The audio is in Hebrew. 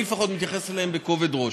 אני לפחות מתייחס אליהם בכובד ראש.